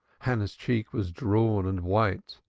hannah's cheek was drawn and white.